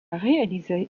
réalisé